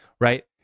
right